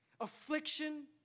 Affliction